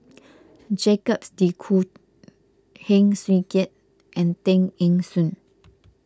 Jacques De Coutre Heng Swee Keat and Tay Eng Soon